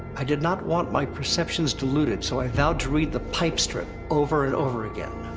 i did not want my perceptions diluted, so i vowed to read the pipe strip over and over again.